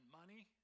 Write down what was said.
money